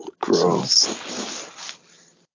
Gross